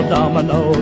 Domino